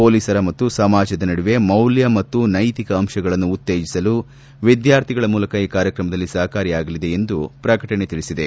ಪೊಲೀಸರ ಮತ್ತು ಸಮಾಜದ ನಡುವೆ ಮೌಲ್ಯ ಮತ್ತು ನೈತಿಕ ಅಂಶಗಳನ್ನು ಉತ್ತೇಜಿಸಲು ವಿದ್ಯಾರ್ಥಿಗಳ ಮೂಲಕ ಈ ಕಾರ್ಯಕ್ರಮದಲ್ಲಿ ಸಹಕಾರಿಯಾಗಲಿದೆ ಎಂದು ಪ್ರಕಟಣೆಯಲ್ಲಿ ತಿಳಿಬದೆ